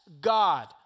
God